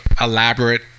elaborate